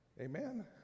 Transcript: Amen